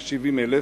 כ-70,000,